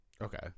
Okay